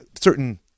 certain